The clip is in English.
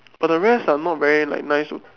but the rest are not very like nice you know